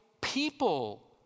people